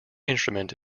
instrument